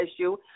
issue